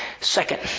Second